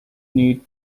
need